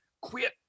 Quit